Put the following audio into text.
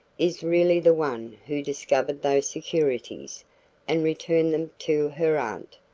is really the one who discovered those securities and returned them to her aunt,